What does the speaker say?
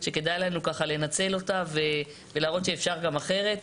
שכדאי לנו לנצל ולהראות שאפשר גם אחרת.